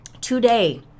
today